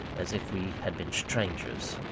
as if we had been strangers.